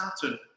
Saturn